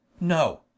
no